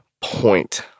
point